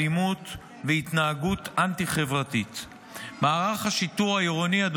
מה שקרוי בשפה היום-יומית שלנו "שיטור עירוני" שיזמה הממשלה.